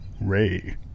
Ray